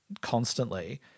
constantly